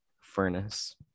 furnace